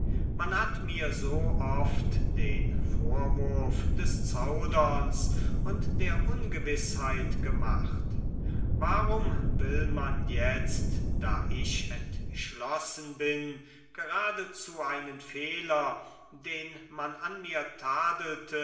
man hat mir so oft den vorwurf des zauderns und der ungewißheit gemacht warum will man jetzt da ich entschlossen bin geradezu einen fehler den man an mir tadelte